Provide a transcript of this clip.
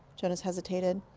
jonas hesitated.